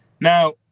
Now